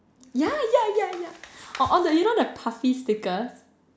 yeah yeah yeah yeah or all the you know the puffy stickers